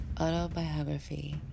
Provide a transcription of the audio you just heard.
autobiography